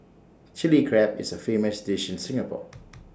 Chilli Crab is A famous dish in Singapore